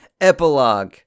Epilogue